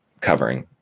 covering